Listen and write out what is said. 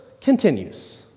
continues